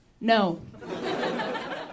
no